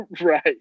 Right